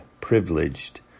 privileged